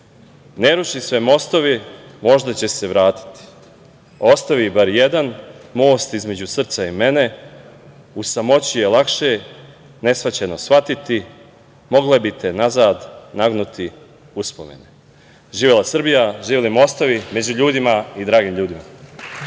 ruši sve mostove, možda će se vratiti, ostavi bar jedan, most između srca i mene.U samoći je lakše neshvaćeno shvatiti, mogle bi te nazad nagnuti uspomene.“Živela Srbija, živeli mostovi, među ljudima i dragim ljudima.